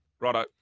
Righto